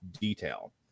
detail